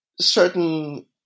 certain